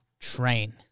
train